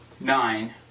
nine